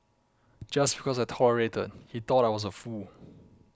just because I tolerated he thought I was a fool